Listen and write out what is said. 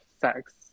sex